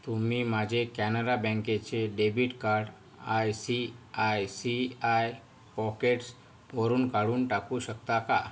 तुम्ही माझे कॅनरा बँकेचे debit card I C I C I पॉकेट्सवरून काढून टाकू शकता का